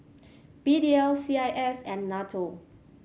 P D L C I S and NATO